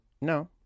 No